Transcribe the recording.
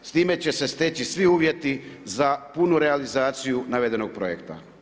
S time će se steći svi uvjeti za punu realizaciju navedenog projekta.